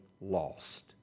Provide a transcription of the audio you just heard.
lost